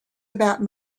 about